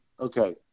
okay